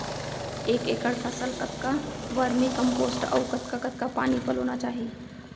एक एकड़ फसल कतका वर्मीकम्पोस्ट अऊ कतका कतका पानी पलोना चाही?